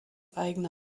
eigene